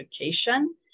education